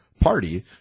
party